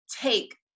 take